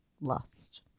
lust